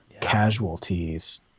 casualties